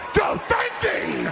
defending